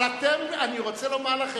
עוד הפעם, אני רוצה לומר לכם,